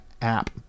app